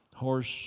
horse